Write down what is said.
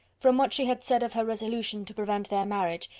from what she had said of her resolution to prevent their marriage,